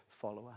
follower